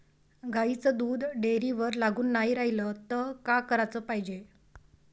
गाईचं दूध डेअरीवर लागून नाई रायलं त का कराच पायजे?